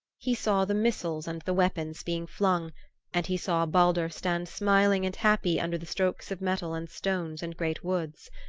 he saw the missiles and the weapons being flung and he saw baldur stand smiling and happy under the strokes of metal and stones and great woods.